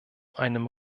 einem